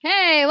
Hey